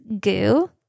goo